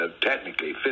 technically